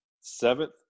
seventh